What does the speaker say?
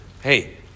hey